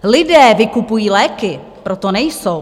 Lidé vykupují léky, proto nejsou.